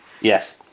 Yes